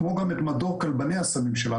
כמו גם את מדור כלבני הסמים שלנו.